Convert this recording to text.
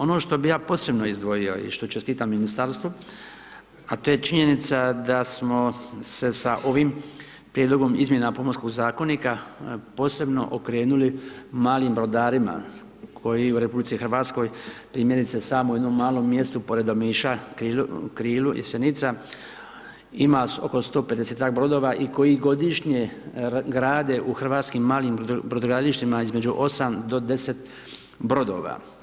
Ono što bi ja posebno izdvojio i što čestitam ministarstvu, a to je činjenica, da smo se sa ovim prijedlogom izmjena pomorskog zakonika, posebno okrenuli malim brodarima, koji u RH, primjerice samo jednom malom mjestu pored Omiša, … ima oko 150-tak brodova, i koji godišnje grade u hrvatskim malim brodogradilištima između 8 do 10 brodova.